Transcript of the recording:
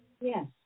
Yes